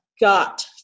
got